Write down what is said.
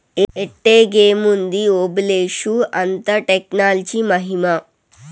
ఎట్టాగేముంది ఓబులేషు, అంతా టెక్నాలజీ మహిమా